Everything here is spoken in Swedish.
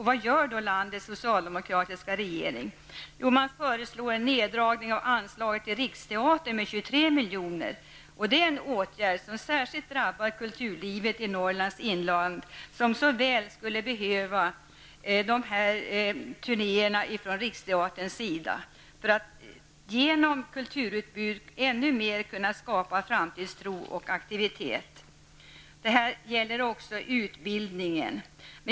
Vad gör då landets socialdemokratiska regering? Jo, man föreslår en neddragning av anslaget till Riksteatern med 23 milj.kr. Det är en åtgärd som särskilt drabbar kulturlivet i Norrlands inland, som så väl skulle behöva turnéer från Riksteaterns sida för att genom kulturutbud ännu mer kunna skapa framtidstro och aktivitet. Detsamma gäller utbildningen.